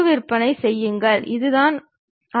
மற்றொன்று சாய்ந்த துணை தளமாகும்